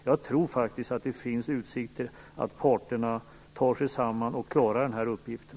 Jag tror att det finns utsikter att parterna tar sig samman och klarar den här uppgiften.